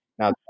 Now